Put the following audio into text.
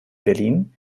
berlin